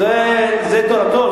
זה אזכרה לז'בוטינסקי,